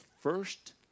first